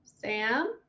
Sam